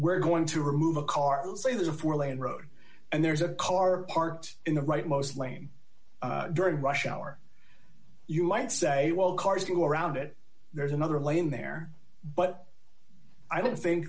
we're going to remove a car let's say there's a four lane road and there's a car parked in the rightmost lane during rush hour you might say well cars can go around it there's another lane there but i don't think